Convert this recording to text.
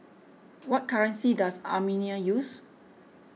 what currency does Armenia use